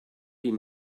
die